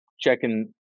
checking